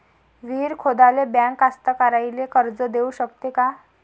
विहीर खोदाले बँक कास्तकाराइले कर्ज देऊ शकते का?